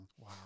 Wow